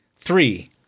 Three